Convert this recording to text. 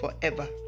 forever